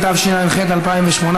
התשע"ח 2018,